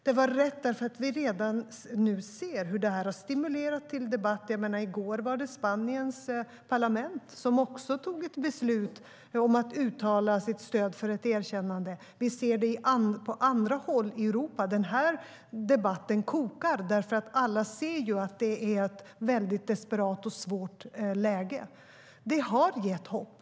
Det var rätt eftersom vi redan nu ser hur det har stimulerat debatt; i går tog Spaniens parlament beslut om att uttala sitt stöd för ett erkännande. Och vi ser det på andra håll i Europa. Den här debatten kokar därför att alla kan se att det är ett desperat och svårt läge. Det har gett hopp.